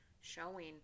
showing